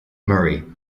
murray